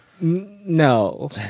No